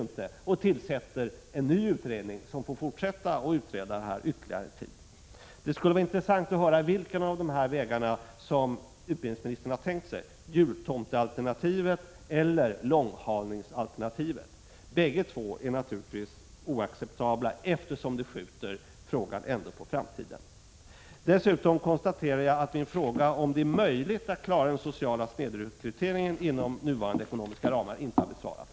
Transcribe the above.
Då tänker han tillsätta en ny utredning, som får utreda detta ytterligare en tid. Det skulle vara intressant att höra vilken av de båda vägarna utbildningsministern har tänkt sig — jultomtealternativet eller långhalningsalternativet. Bägge är naturligtvis oacceptabla, eftersom de skjuter problemen på framtiden. Dessutom konstaterar jag att min fråga om det är möjligt att klara den sociala snedrekryteringen inom nuvarande ekonomiska ramar inte har besvarats.